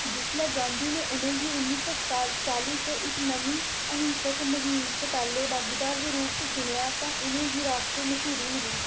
जिसलै गांधी ने उ'नें गी उन्नी सौ चाली च इक नमीं अहिंसक म्हीम च पैह्ले भागीदार दे रूप च चुनेआ तां उ'नेंगी राश्ट्री मश्हूरी मिली